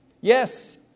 Yes